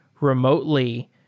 remotely